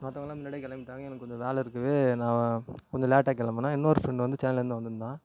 மற்றவங்களாம் முன்னாடி கிளம்பிட்டாங்க எனக்கு கொஞ்சம் வேலை இருக்குது நான் கொஞ்சம் லேட்டாக கிளம்புனேன் இன்னோரு ஃப்ரெண்டு வந்து சென்னைலேர்ந்து வந்துருந்தான்